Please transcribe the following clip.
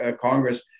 Congress –